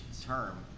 term